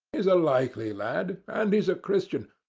he's a likely lad, and he's a christian,